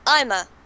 Ima